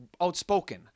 outspoken